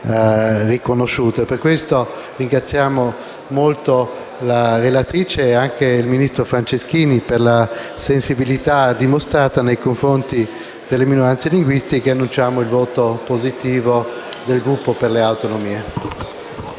Per questo motivo, ringraziamo molto la relatrice e anche il ministro Franceschini per la sensibilità dimostrata nei confronti delle minoranze linguistiche e preannunciamo il voto favorevole del Gruppo Per le Autonomie.